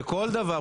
שכל דבר,